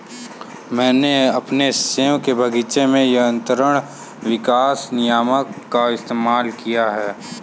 मैंने अपने सेब के बगीचे में संयंत्र विकास नियामक का इस्तेमाल किया है